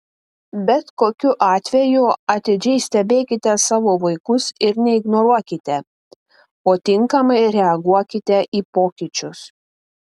bet kokiu atveju atidžiai stebėkite savo vaikus ir neignoruokite o tinkamai reaguokite į pokyčius